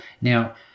now